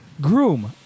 Groom